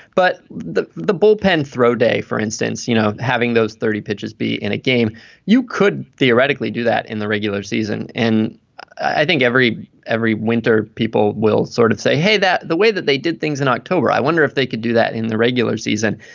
but the the bullpen throw day for instance you know having those thirty pitches be in a game you could theoretically do that in the regular season. and i think every every winter people will sort of say hey that the way that they did things in october i wonder if they could do that in the regular season.